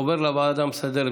עובר לוועדה המסדרת,